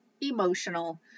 emotional